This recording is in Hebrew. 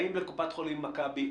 האם לקופת חולים מכבי,